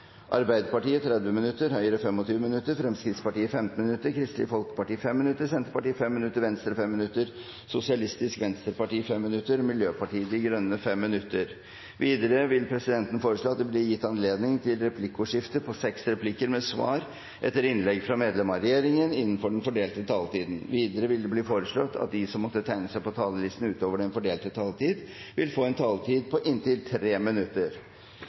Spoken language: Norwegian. Arbeiderpartiet 30 minutter, Høyre 25 minutter, Fremskrittspartiet 15 minutter, Kristelig Folkeparti 5 minutter, Senterpartiet 5 minutter, Venstre 5 minutter, Sosialistisk Venstreparti 5 minutter og Miljøpartiet De Grønne 5 minutter. Videre vil presidenten foreslå at det blir gitt anledning til replikkordskifte på seks replikker med svar etter innlegg fra medlem av regjeringen innenfor den fordelte taletid. Videre blir det foreslått at de som måtte tegne seg på talerlisten utover den fordelte taletid, får en taletid på inntil 3 minutter.